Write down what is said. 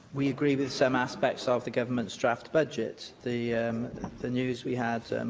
we agree with some aspects ah of the government's draft budget. the the news we had.